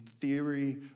theory